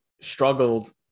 struggled